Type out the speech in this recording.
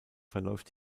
verläuft